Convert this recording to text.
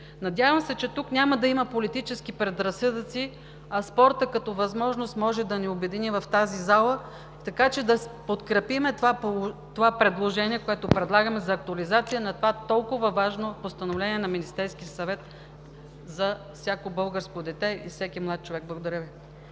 Надявам се, че тук няма да има политически предразсъдъци, а спортът като възможност може да ни обедини в тази зала, така че да подкрепим това предложение, което предлагаме: актуализация на това толкова важно постановление на Министерския съвет за всяко българско дете и всеки млад човек. Благодаря Ви.